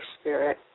Spirit